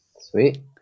Sweet